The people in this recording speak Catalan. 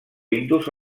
indus